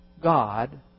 God